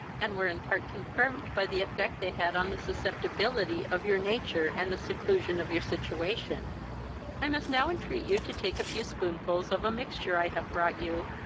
and were in part confirmed by the effect they had on the susceptibility of your nature and the seclusion of your situation i must now entreat you to take a few spoonfuls of a mixture i have brought you.